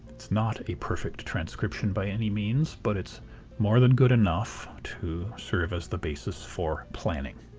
it's not a perfect transcription by any means but it's more than good enough to serve as the basis for planning.